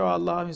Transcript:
Allah